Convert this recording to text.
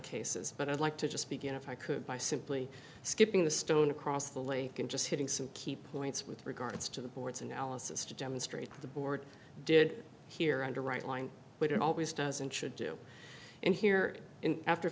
cases but i'd like to just begin if i could by simply skipping the stone across the lake and just hitting some key points with regards to the board's analysis to demonstrate the board did here and a right line but it always does and should do in here in after